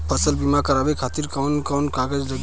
फसल बीमा करावे खातिर कवन कवन कागज लगी?